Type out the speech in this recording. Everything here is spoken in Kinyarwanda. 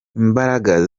imbaraga